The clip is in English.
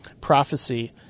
prophecy